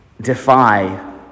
defy